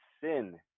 sin